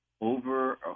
over